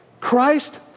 Christ